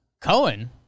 Cohen